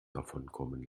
davonkommen